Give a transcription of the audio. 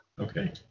Okay